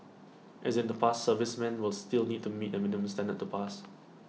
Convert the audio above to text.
as in the past servicemen will still need to meet A minimum standard to pass